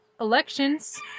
elections